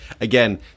again